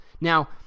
now